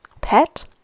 pet